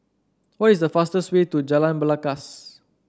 what is the fastest way to Jalan Belangkas